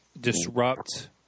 disrupt